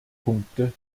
punkte